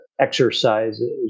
exercises